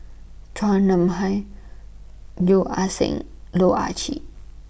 Chua Nam Hai Yeo Ah Seng Loh Ah Chee